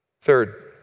Third